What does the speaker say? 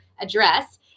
address